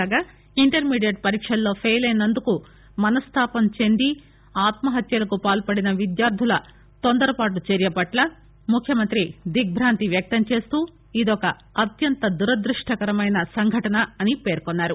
కాగా ఇంటర్కీ డియట్ పరీక్షల్లో ఫెయిలైనందుకు మనస్తాపం చెందిన ఆత్మహత్యలకు పాల్పడిన విద్యార్దుల తొందరపాటు చర్య పట్ల ముఖ్యమంత్రి దిగ్బాంతిని వ్యక్తం చేస్తూ ఇదొక అత్యంత దురదృష్టకరమైన సంఘటన అని పేర్కొన్నారు